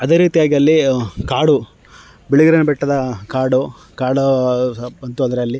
ಅದೇ ರೀತಿಯಾಗಿ ಅಲ್ಲಿ ಕಾಡು ಬಿಳಿಗಿರಿ ರಂಗನ ಬೆಟ್ಟದ ಕಾಡು ಕಾಡು ಬಂತು ಅಂದರೆ ಅಲ್ಲಿ